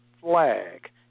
flag